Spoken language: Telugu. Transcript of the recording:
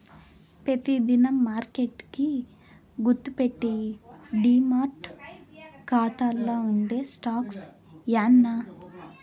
పెతి దినం మార్కెట్ కి గుర్తుపెట్టేయ్యి డీమార్ట్ కాతాల్ల ఉండే స్టాక్సే యాన్నా